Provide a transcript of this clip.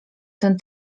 ten